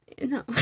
No